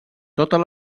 totes